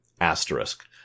asterisk